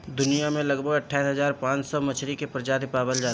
दुनिया में लगभग अट्ठाईस हज़ार पाँच सौ मछरी के प्रजाति पावल जाला